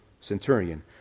centurion